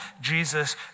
Jesus